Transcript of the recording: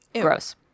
Gross